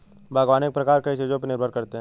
बागवानी के प्रकार कई चीजों पर निर्भर करते है